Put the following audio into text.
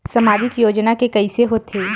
सामाजिक योजना के कइसे होथे?